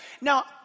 Now